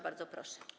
Bardzo proszę.